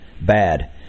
bad